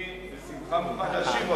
אני בשמחה מוכן להשיב,